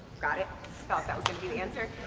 got it, thought that was gonna be the answer.